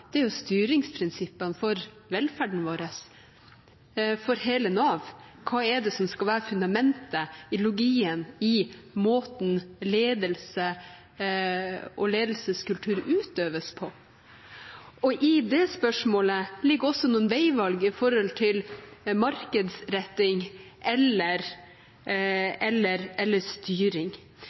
er styringsprinsippene for velferden vår – for hele Nav. Hva er det som skal være fundamentet, ideologien i måten ledelse og ledelseskultur utøves på? I det spørsmålet ligger også noen veivalg når det gjelder markedsretting eller